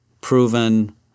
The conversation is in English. proven